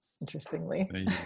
interestingly